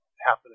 happening